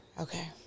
Okay